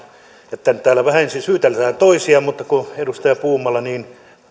että täällä vähän ensin syytellään toisia mutta kun edustaja puumala niin